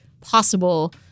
possible